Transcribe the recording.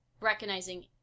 recognizing